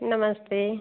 नमस्ते